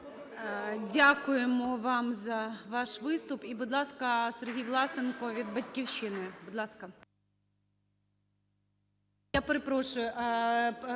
Дякуємо вам за ваш виступ. І будь ласка, Сергій Власенко від "Батьківщини",